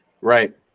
Right